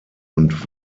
und